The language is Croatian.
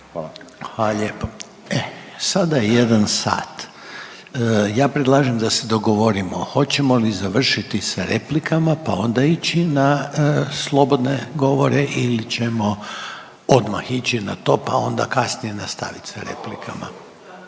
(HDZ)** Hvala lijepa. E sada je 1 sat. Ja predlažem da se dogovorimo hoćemo li završiti sa replikama pa onda ići na slobodne govore ili ćemo odmah ići na to, pa onda kasnije nastavit sa replikama.